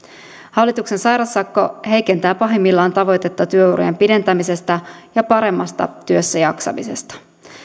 hallituksen sairaussakko heikentää pahimmillaan tavoitetta työurien pidentämisestä ja paremmasta työssäjaksamisesta